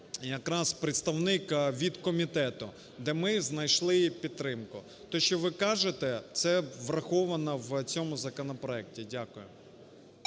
якраз представник від комітету, де ми знайшли підтримку. То, що ви кажете, це враховано в цьому законопроекті. Дякую.